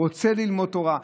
רוצה ללמוד תורה,